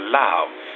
love